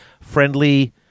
friendly